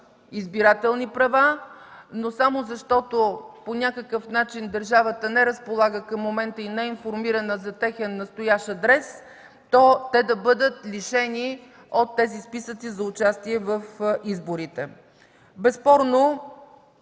избирателни права, но само защото по някакъв начин държавата не разполага към момента и не е информирана за техен настоящ адрес, то те да бъдат лишени от тези списъци за участие в изборите. Безспорно,